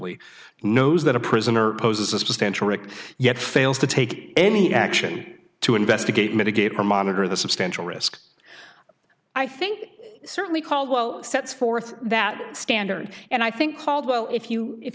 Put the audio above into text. subjectively knows that a prisoner poses a substantial rick yet fails to take any action to investigate mitigate or monitor the substantial risk i think certainly caldwell sets forth that standard and i think caldwell if you if